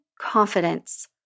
Confidence